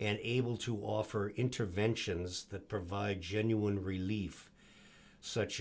and able to offer interventions that provide genuine relief such